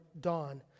dawn